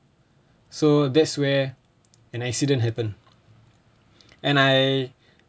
so that's where an accident happen and I